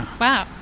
wow